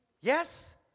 Yes